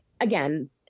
again